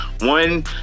one